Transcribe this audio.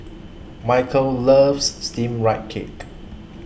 Michaele loves Steamed Rice Cake